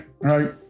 Right